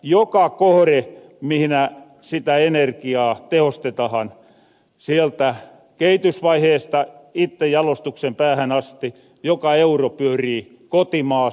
joka kohore mihinä sitä energiaa tehostetahan sieltä kehitysvaiheesta itte jalostuksen päähän asti joka euro pyörii kotimaas